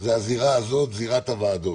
זו הזירה הזאת, זירת הוועדות,